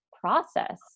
process